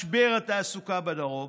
משבר התעסוקה בדרום,